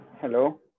Hello